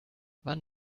wann